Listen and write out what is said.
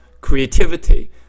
creativity